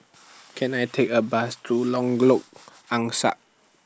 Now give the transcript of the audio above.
Can I Take A Bus to Angsa